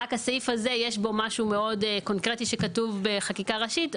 ורק בסעיף הזה יש משהו מאוד קונקרטי שכתוב בחקיקה ראשית,